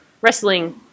wrestling